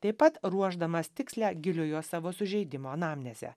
taip pat ruošdamas tikslią giliojo savo sužeidimo anamnezę